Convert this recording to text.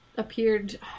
appeared